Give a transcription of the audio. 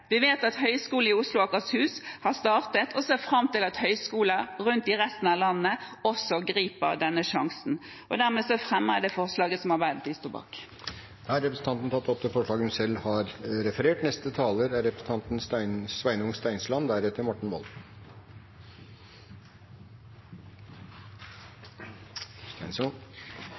Vi vet at Høgskolen i Oslo og Akershus har startet, og vi ser fram til at høyskoler rundt omkring i resten av landet også griper denne sjansen. Dermed fremmer jeg de forslagene som Arbeiderpartiet står bak. Representanten Ruth Grung har tatt opp de forslagene hun